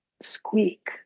squeak